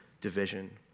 division